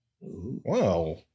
Wow